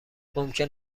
ممکن